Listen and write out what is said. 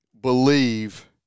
believe